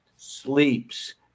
Sleeps